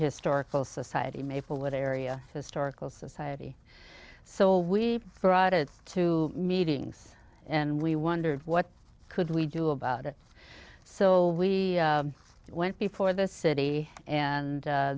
historical society maple that area historical society so we brought it to meetings and we wondered what could we do about it so we went before the city and